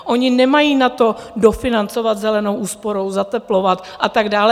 Oni nemají na to, dofinancovat zelenou úsporou, zateplovat a tak dále.